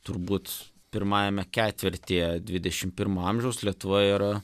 turbūt pirmajame ketvirtyje dvidešimt pirmo amžiaus lietuvoj yra